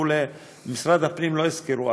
וכו'; את משרד הפנים לא הזכירו,